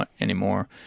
anymore